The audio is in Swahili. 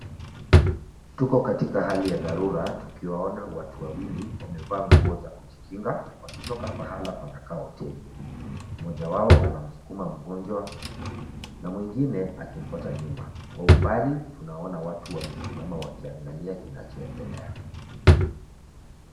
Tuko katika hali ya dharura tukiwaona watu wawili wamevaa nguo za kujikinga, wakitoka pahala panakaa hoteli. Mmoja wao anamsukuma mgonjwa na mwingine akimfuata nyuma. Kwa umbali tunawaona watu wamesimama wakiangalia kinachoendelea.